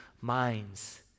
minds